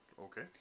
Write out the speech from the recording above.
Okay